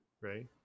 Right